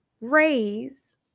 raise